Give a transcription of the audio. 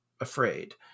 afraid